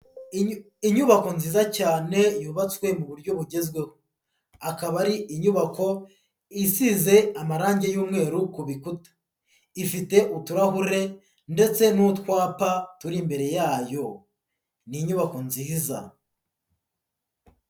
Inyubako nziza cyane yubatswe mu buryo bugezweho. Akaba ari inyubako isize amarangi y'mweru ku bikuta. Ifite uturahure ndetse n'utwapa turi imbere yayo. Ni inyubako nziza.